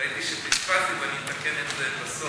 שראיתי שפספסת, גם אני אתקן את זה בסוף,